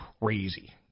crazy